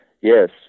Yes